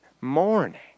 morning